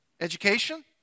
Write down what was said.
education